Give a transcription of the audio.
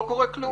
לא קורה כלום.